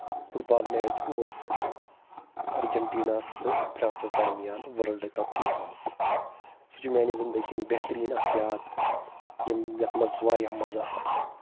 foot بال match اوس Argentina ہَس تہٕ فرانسس درمِیان ورلڈ کپ فیفا ہُک سُہ چھُ میانہِ زنٛدگی ہُنٛد بہتریٖن اکھ یاد یَتھ منٛز واریاہ مزٕ آو